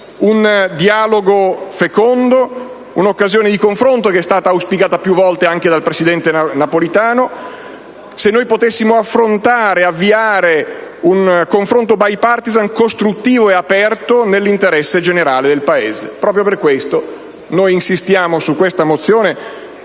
un dialogo fecondo, un'occasione di confronto che è stata auspicata più volte anche dal presidente Napolitano, ed un dialogo *bipartisan*, costruttivo e aperto, nell'interesse generale del Paese. Proprio per questo noi insistiamo su questa mozione,